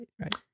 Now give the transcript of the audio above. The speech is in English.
right